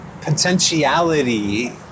potentiality